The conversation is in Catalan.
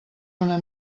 una